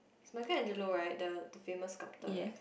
is Michelangelo right the the famous sculptor right